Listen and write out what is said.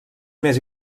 més